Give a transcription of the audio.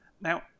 Now